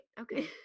Okay